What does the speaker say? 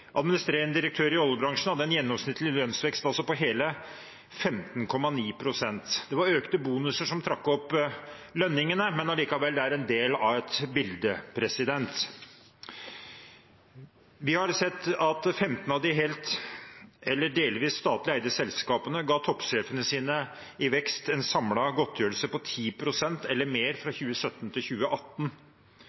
administrerende direktør i oljebransjen hadde altså en gjennomsnittlig lønnsvekst på hele 15,9 pst. Det var økte bonuser som trakk opp lønningene, men likevel: Det er en del av et bilde. Vi har sett at 15 av de helt eller delvis statlig eide selskapene ga toppsjefene sine i vekst en samlet godtgjørelse på 10 pst. eller mer fra 2017 til 2018.